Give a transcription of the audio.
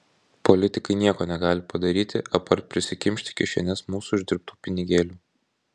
politikai nieko negali padaryti apart prisikimšti kišenes mūsų uždirbtų pinigėlių